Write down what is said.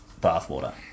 bathwater